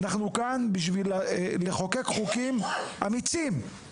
אנחנו כאן בשביל לחוקק חוקים אמיצים,